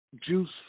juice